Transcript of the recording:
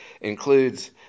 includes